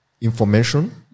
information